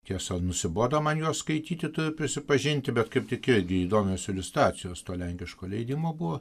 tiesa nusibodo man juos skaityti turiu prisipažinti bet kaip tik irgi įdomios iliustracijos to lenkiško leidimo buvo